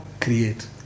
create